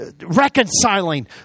reconciling